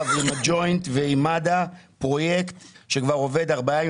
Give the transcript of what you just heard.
ועם הג'וינט ועם מד"א פרויקט שכבר עובד ארבעה ימים,